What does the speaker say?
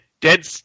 dead